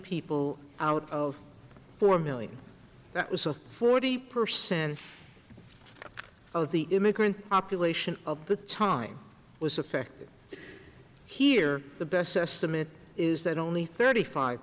people out of four million that was a forty percent of the immigrant population of the time was affected here the best estimate is that only thirty five